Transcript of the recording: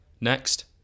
Next